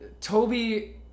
Toby